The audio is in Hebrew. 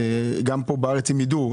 גם פה בארץ יידעו,